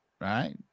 right